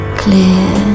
clear